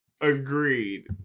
agreed